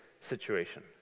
situation